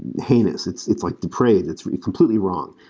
and heinous, it's it's like depraved. it's completely wrong.